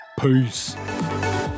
Peace